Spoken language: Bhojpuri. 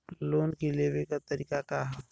लोन के लेवे क तरीका का ह?